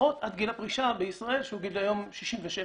לפחות עד גיל הפרישה בישראל שהוא היום גיל 67,